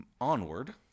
Onward